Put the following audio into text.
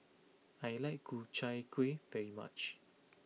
I like Ku Chai Kuih very much